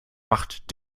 macht